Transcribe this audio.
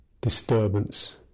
disturbance